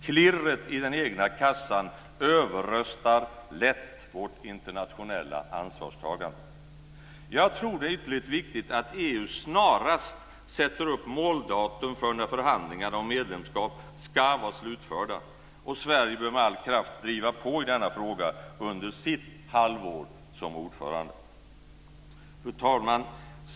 Klirret i den egna kassan överröstar lätt vårt internationella ansvarstagande. Jag tror att det är ytterligt viktigt att EU snarast sätter upp måldatum för när förhandlingarna om medlemskap ska vara slutförda. Sverige bör med all kraft driva på i denna fråga under sitt halvår som ordförande. Fru talman!